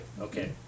Okay